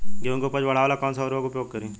गेहूँ के उपज बढ़ावेला कौन सा उर्वरक उपयोग करीं?